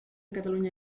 catalunya